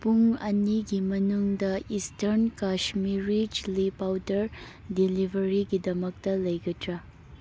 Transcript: ꯄꯨꯡ ꯑꯅꯤꯒꯤ ꯃꯅꯨꯡꯗ ꯏꯁꯇ꯭ꯔꯟ ꯀꯥꯁꯃꯤꯔꯤ ꯆꯤꯜꯂꯤ ꯄꯥꯎꯗꯔ ꯗꯤꯂꯤꯕꯔꯤꯒꯤꯗꯃꯛꯇ ꯂꯩꯒꯗ꯭ꯔ